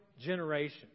generation